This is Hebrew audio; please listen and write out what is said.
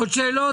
עוד שאלות?